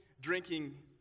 drinking